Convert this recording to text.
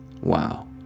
wow